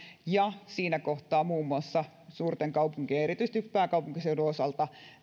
ja siinä kohtaa tulee muun muassa suurten kaupunkien erityisesti pääkaupunkiseudun osalta